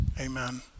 Amen